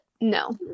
No